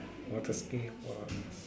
what a skill !wah!